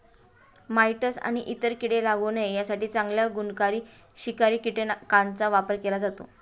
mites आणि इतर कीडे लागू नये यासाठी चांगल्या गुणकारी शिकारी कीटकांचा वापर केला जातो